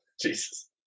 Jesus